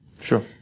Sure